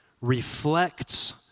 reflects